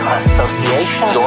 associations